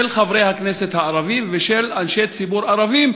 של חברי הכנסת הערבים ושל אנשי ציבור ערבים,